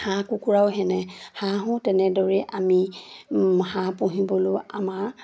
হাঁহ কুকুৰাও সেনে হাঁহো তেনেদৰেই আমি হাঁহ পুহিবলৈও আমাৰ